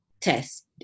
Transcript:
test